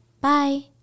Bye